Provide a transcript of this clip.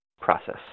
process